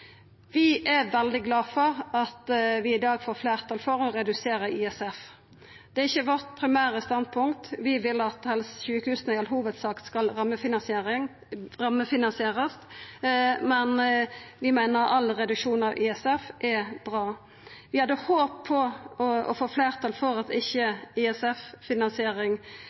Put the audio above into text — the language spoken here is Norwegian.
Vi er veldig glade for at vi i dag får fleirtal for å redusera ISF. Det er ikkje vårt primære standpunkt, vi vil at sjukehusa i all hovudsak skal rammefinansierast, men vi meiner at all reduksjon av ISF er bra. Vi hadde håpt på å få fleirtal for at ISF-finansiering ikkje